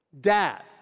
dad